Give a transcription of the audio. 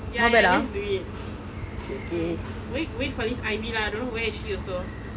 ya ya let's do it wait wait for this ivy lah don't know where is she also